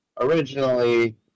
Originally